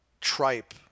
tripe